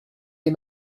les